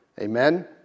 Amen